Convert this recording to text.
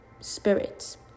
spirits